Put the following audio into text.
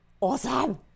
awesome